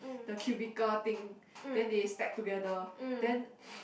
the cubicle thing then they stack together then